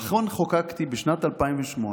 נכון, חוקקתי בשנת 2008,